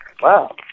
Wow